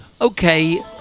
Okay